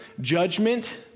judgment